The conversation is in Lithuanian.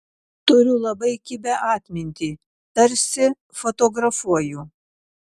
turiu labai kibią atmintį tarsi fotografuoju